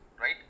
right